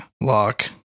lock